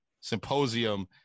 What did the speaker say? symposium